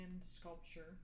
sculpture